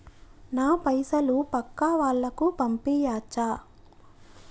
నా పైసలు పక్కా వాళ్ళకు పంపియాచ్చా?